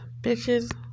bitches